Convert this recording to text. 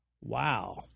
Wow